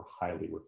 highly